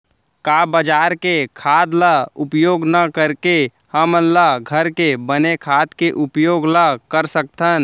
का बजार के खाद ला उपयोग न करके हमन ल घर के बने खाद के उपयोग ल कर सकथन?